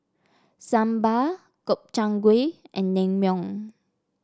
Sambar Gobchang Gui and Naengmyeon